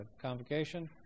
Convocation